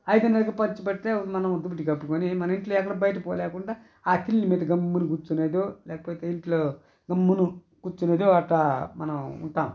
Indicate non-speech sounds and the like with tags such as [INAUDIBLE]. ఐదున్నరకే మంచు పడితే మనము దుప్పటి కప్పుకుని మన ఇంట్లో ఎక్కడికి బయటికి పోలేకుండా ఆ [UNINTELLIGIBLE] మీద గమ్మున కూర్చునేదో లేకపోతే ఇంట్లో గమ్మున కూర్చునేదో అట్టా మనం ఉంటాం